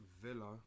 Villa